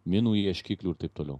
minų ieškiklių ir taip toliau